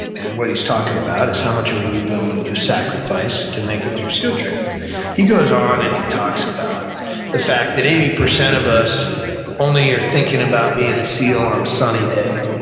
and what he's talking about is how much are we willing to sacrifice to make it through seal training he goes on, and he talks about the fact that eighty percent of us only are thinking about being a seal on a sunny day.